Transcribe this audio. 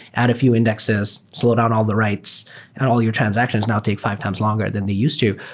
add a few indexes, slow down all the writes and all your transactions now take five times longer than they used to.